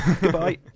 Goodbye